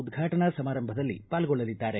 ಉದ್ಘಾಟನಾ ಸಮಾರಂಭದಲ್ಲಿ ಪಾಲ್ಗೊಳ್ಳಲಿದ್ದಾರೆ